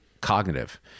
cognitive